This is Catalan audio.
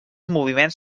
moviments